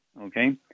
okay